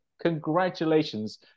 congratulations